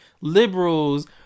liberals